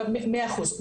מאה אחוז.